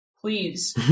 please